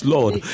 Lord